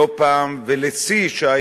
לא פעם, והשיא היה